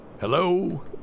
Hello